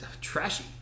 Trashy